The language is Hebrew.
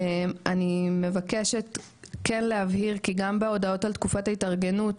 אני מבקשת כן להבהיר כי גם בהודעות על תקופת ההתארגנות,